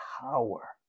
power